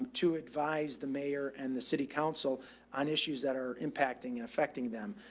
to advise the mayor and the city council on issues that are impacting and affecting them.